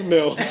Mill